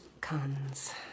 cons